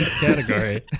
category